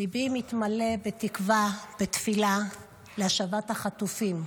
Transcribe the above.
ליבי מתמלא בתקווה, בתפילה, להשבת החטופים.